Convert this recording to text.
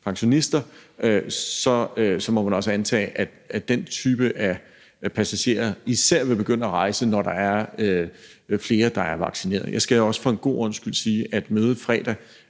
pensionister, som man også må antage er en passagertype, der især vil begynde at rejse, når der er flere, der er vaccineret. Jeg skal også for en god ordens skyld sige, at der